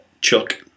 Chuck